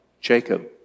Jacob